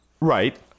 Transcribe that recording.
right